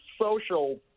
social